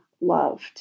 loved